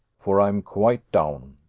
for i am quite down.